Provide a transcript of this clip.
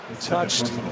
touched